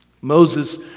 Moses